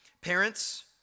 parents